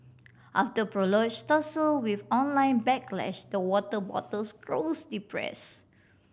after prolonged tussle with online backlash the water bottles grows depress